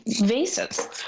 vases